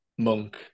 Monk